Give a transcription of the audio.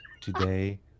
today